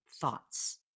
thoughts